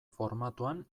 formatuan